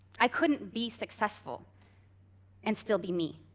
i couldn't be successful and still be me.